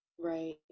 Right